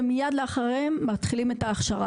ומיד לאחריהם מתחילים את ההכשרה,